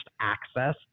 access